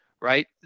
right